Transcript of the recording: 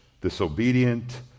disobedient